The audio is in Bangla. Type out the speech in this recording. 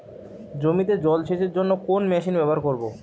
জমিতে জল সেচের জন্য কোন মেশিন ব্যবহার করব?